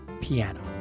piano